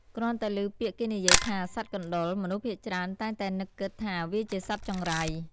គ្រាន់តែឮពាក្យគេនិយាយថា សត្វកណ្តុរ មនុស្សភាគច្រើនតែងតែនឹកគិតថាវាជាសត្វចង្រៃ។